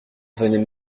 venait